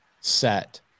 set